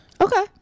Okay